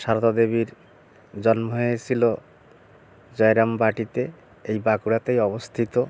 সারদা দেবীর জন্ম হয়েছিলো জয়রামবাটীতে এই বাঁকুড়াতেই অবস্থিত